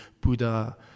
Buddha